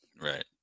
Right